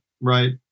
right